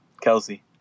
Kelsey